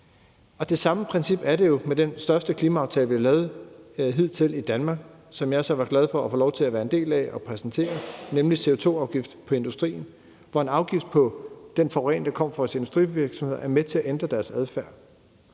Det samme princip er det jo med den største klimaaftale, vi har lavet hidtil i Danmark, som jeg så var glad for at få lov til at være en del af og præsentere, nemlig CO2-afgift på industrien, hvor en afgift på den forurening, der kommer fra vores industrivirksomheder, er med til at ændre deres adfærd.